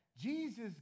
Jesus